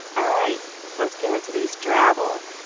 all right let's get into these drabble.